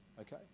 Okay